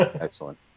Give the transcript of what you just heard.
Excellent